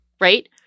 right